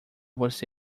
você